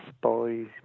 boys